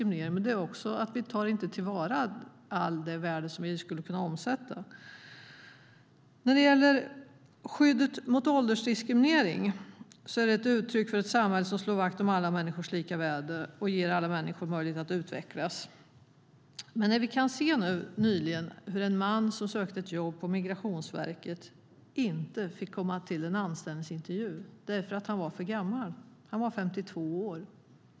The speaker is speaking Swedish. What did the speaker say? Man tar inte vara på allt värde man skulle kunna omsätta. Nyligen såg vi hur en man som sökt jobb på Migrationsverket inte fick komma på anställningsintervju därför att han var för gammal. Han var 52 år.